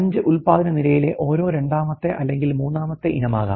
5 ഉൽപാദന നിരയിലെ ഓരോ രണ്ടാമത്തെ അല്ലെങ്കിൽ മൂന്നാമത്തെ ഇനമാകാം